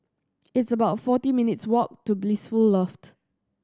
it's about forty minutes' walk to Blissful Loft